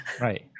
right